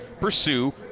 pursue